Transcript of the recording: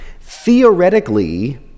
Theoretically